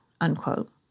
unquote